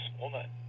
woman